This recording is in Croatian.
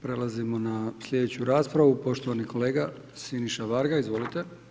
Prelazimo na sljedeću raspravu, poštovani kolega Siniša Varga, izvolite.